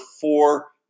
four